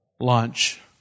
lunch